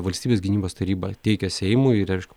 valstybės gynybos taryba teikia seimui ir aišku